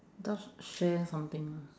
just share something lah